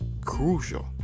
crucial